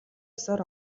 ёсоор